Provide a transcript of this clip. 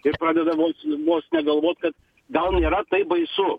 ir pradeda vos vos ne galvot kad gal nu nėra taip baisu